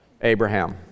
Abraham